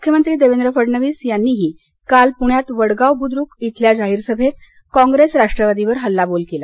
मुख्यमंत्री देवेंद्र फडणवीस यांनी काल पुण्यात वडगाव बुद्रुक इथल्या जाहीर सभेत काँग्रेस राष्ट्रवादीवर हल्लाबोल केला